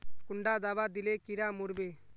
कुंडा दाबा दिले कीड़ा मोर बे?